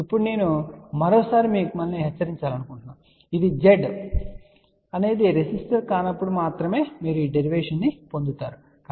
ఇప్పుడు నేను మరోసారి మీకు హెచ్చరించాలనుకుంటున్నాను ఇది Z అనేది రెసిస్టర్ కానప్పుడు మాత్రమే మీరు ఈ డెరివేషన్ పొందుతారు సరే